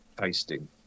tasting